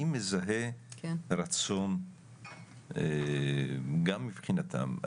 אני מזהה רצון גם מבחינתם,